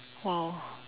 !wow!